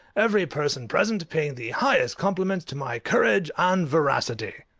every person present paying the highest compliments to my courage and veracity.